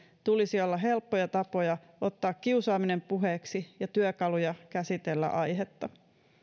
tulisi olla helppoja tapoja ottaa kiusaaminen puheeksi ja työkaluja käsitellä aihetta